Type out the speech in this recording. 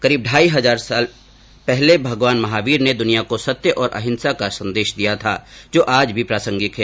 करीब ढाई हजार पहले भगवान महावीर ने दुनिया को सत्य और अहिंसा का संदेश दिया था जो आज भी प्रासंगिक है